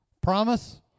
Promise